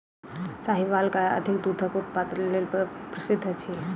साहीवाल गाय अधिक दूधक उत्पादन लेल प्रसिद्ध अछि